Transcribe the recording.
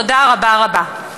תודה רבה-רבה.